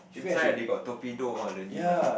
should try ah they got torpedo all the new one